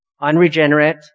unregenerate